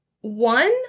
One